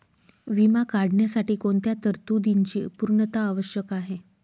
विमा काढण्यासाठी कोणत्या तरतूदींची पूर्णता आवश्यक आहे?